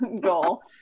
goal